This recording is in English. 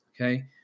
Okay